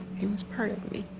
he was part of me.